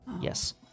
Yes